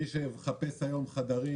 מי שמחפש היום חדרים,